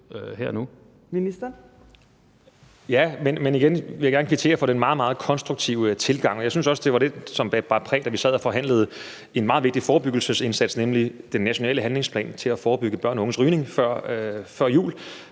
(Magnus Heunicke): Igen vil jeg gerne kvittere for den meget, meget konstruktive tilgang, og jeg synes også, at det bar præg af den, da vi før jul sad og forhandlede en meget vigtig forebyggelsesindsats, nemlig den nationale handlingsplan til at forebygge børn og unges rygning, som jo